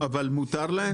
אבל מותר להם?